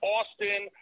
Austin